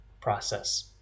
process